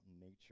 nature